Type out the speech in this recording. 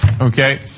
Okay